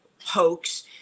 hoax